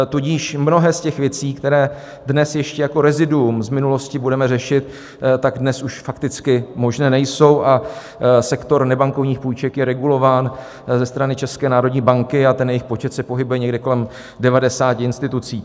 Tudíž mnoho z těch věcí, které dnes ještě jako reziduum z minulosti budeme řešit, tak dnes už fakticky možné nejsou, sektor nebankovních půjček je regulován ze strany České národní banky a jejich počet se pohybuje někde kolem 90 institucí.